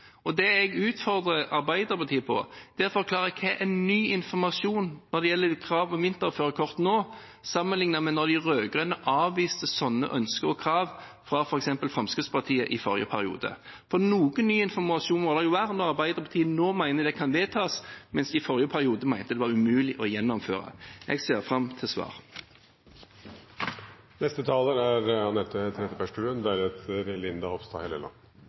Det jeg utfordrer Arbeiderpartiet på, er å forklare hva som er ny informasjon når det gjelder krav om vinterførerkort, nå sammenlignet med da de rød-grønne avviste sånne ønsker og krav fra f.eks. Fremskrittspartiet i forrige periode. For noe ny informasjon må det jo være når Arbeiderpartiet nå mener at det kan vedtas, mens de i forrige periode mente det var umulig å gjennomføre. Jeg ser fram til svaret. Ja, dette er